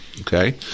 okay